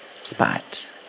spot